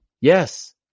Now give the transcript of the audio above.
Yes